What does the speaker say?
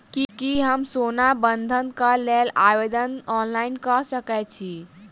की हम सोना बंधन कऽ लेल आवेदन ऑनलाइन कऽ सकै छी?